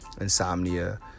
insomnia